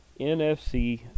NFC